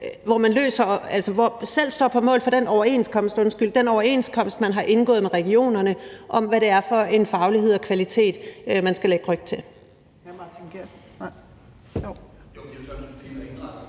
en læge, der står på mål for den overenskomst, der er indgået med regionerne , om, hvad det er for en faglighed og kvalitet, man skal lægge ryg til.